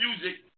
music